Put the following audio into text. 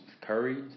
Curry